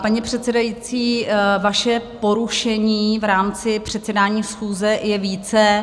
Paní předsedající, vašich porušení v rámci předsedání schůze je více.